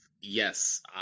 yes